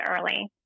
early